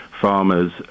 farmers